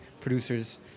producers